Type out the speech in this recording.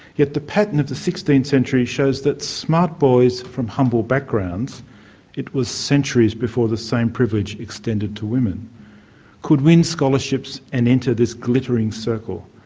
yet the pattern of the sixteenth century shows that smart boys from humble backgrounds it was centuries before the same privilege extended to women could win scholarships and enter this glittering circle.